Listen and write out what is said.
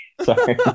sorry